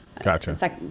Gotcha